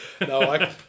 No